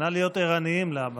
נא להיות ערניים להבא.